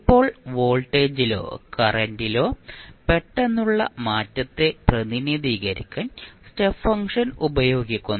ഇപ്പോൾ വോൾട്ടേജിലോ കറന്റിലോ പെട്ടെന്നുള്ള മാറ്റത്തെ പ്രതിനിധീകരിക്കാൻ സ്റ്റെപ്പ് ഫംഗ്ഷൻ ഉപയോഗിക്കുന്നു